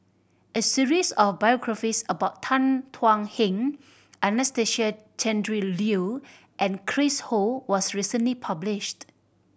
a series of biographies about Tan Thuan Heng Anastasia Tjendri Liew and Chris Ho was recently published